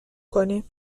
کنیم